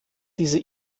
diese